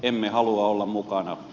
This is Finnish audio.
emme halua olla mukana